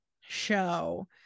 show